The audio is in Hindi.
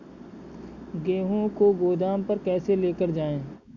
गेहूँ को गोदाम पर कैसे लेकर जाएँ?